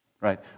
right